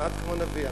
כמעט כמו נביא,